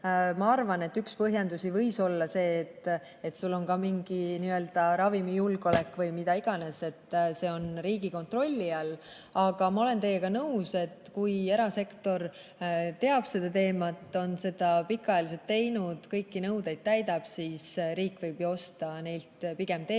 Ma arvan, et üks põhjendusi võis olla see, et oleks mingi n-ö ravimijulgeolek või mida iganes, et see on riigi kontrolli all. Aga ma olen teiega nõus, et kui erasektor teab seda teemat, on seda pikaajaliselt teinud, kõiki nõudeid täidab, siis riik võiks ju osta neilt pigem teenust